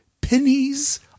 pennies